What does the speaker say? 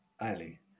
ali